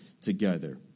together